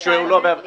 היא לא עושה את זה.